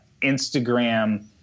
Instagram